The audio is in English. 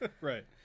Right